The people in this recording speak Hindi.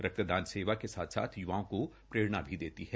रक्तदान सेवा के साथ साथ य्वाओं को प्ररेणा भी देती है